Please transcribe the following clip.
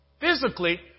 physically